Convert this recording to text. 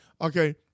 okay